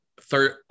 third